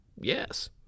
yes